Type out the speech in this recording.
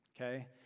okay